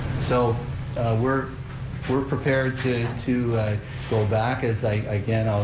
so we're we're prepared to to go back, as i, again, i'll,